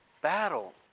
battle